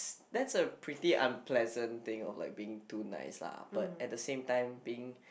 that's a pretty unpleasant thing about being to nice lah but at the same time being